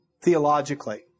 theologically